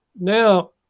Now